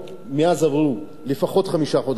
מאז עברו לפחות חמישה חודשים.